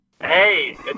Hey